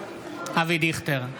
אבי דיכטר,